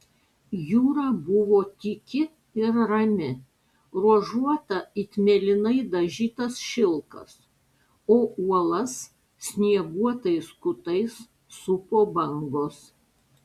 jūra buvo tyki ir rami ruožuota it mėlynai dažytas šilkas o uolas snieguotais kutais supo bangos